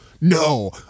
no